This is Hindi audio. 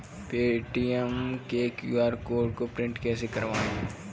पेटीएम के क्यू.आर कोड को प्रिंट कैसे करवाएँ?